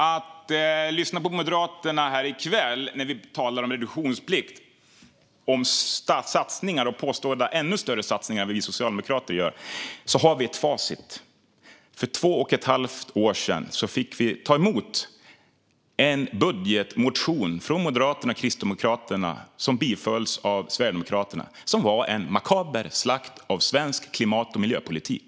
När vi lyssnar på Moderaterna här i kväll, när vi talar om reduktionsplikt, satsningar och påstådda ännu större satsningar än vad vi socialdemokrater gör, har vi ett facit. För två och ett halvt år sedan fick vi ta emot en budgetmotion från Moderaterna och Kristdemokraterna som bifölls av Sverigedemokraterna och som var en makaber slakt av svensk klimat och miljöpolitik.